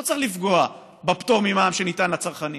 לא צריך לפגוע בפטור ממע"מ שניתן לצרכנים.